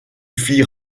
fit